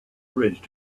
bridge